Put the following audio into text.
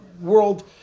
world